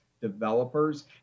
developers